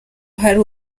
hari